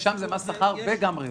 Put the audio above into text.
ושם זה מס שכר וגם רווח.